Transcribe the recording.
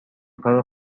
کار